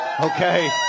okay